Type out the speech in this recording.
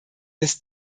des